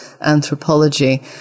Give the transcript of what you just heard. anthropology